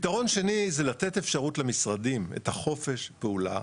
פתרון שני זה לתת אפשרות למשרדים, את חופש הפעולה.